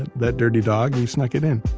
that dirty dog, he snuck it in!